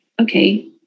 okay